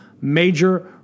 major